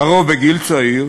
לרוב בגיל צעיר,